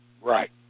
Right